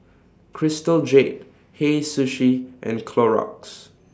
Crystal Jade Hei Sushi and Clorox